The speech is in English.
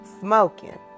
smoking